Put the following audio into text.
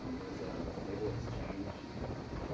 um there's a naval exchange, and